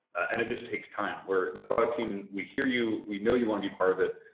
and it just takes time. where the product team, we hear you, we know you want to be part of it.